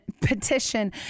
petition